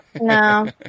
no